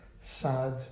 sad